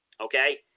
okay